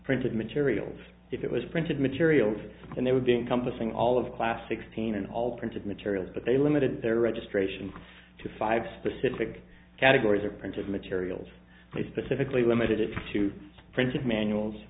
printed materials if it was printed materials and they would be encompassing all of class sixteen and all printed materials but they limited their registration to five specific categories or printed materials they specifically limited it to printed manuals